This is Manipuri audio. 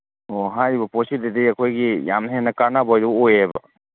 ꯑꯣ ꯍꯥꯏꯔꯤꯕ ꯄꯣꯠꯁꯤꯗꯗꯤ ꯑꯩꯈꯣꯏꯒꯤ ꯌꯥꯝꯅ ꯍꯦꯟꯅ ꯀꯥꯅꯕꯗꯨ ꯑꯣꯏꯌꯦꯕ